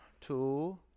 two